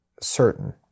certain